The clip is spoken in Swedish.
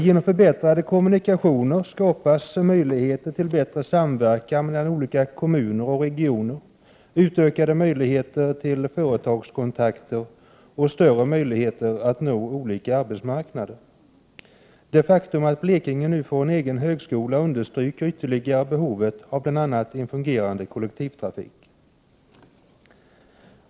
Genom förbättrade kommunikationer skapas möjligheter till bättre samverkan mellan olika kommuner och regioner, utökade möjligheter till företagskontakter och större möjligheter att nå olika arbetsmarknader. Det faktum att Blekinge nu får en egen högskola understryker ytterligare behovet av bl.a. en fungerande kollektivtrafik.